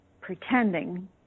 pretending